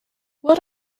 what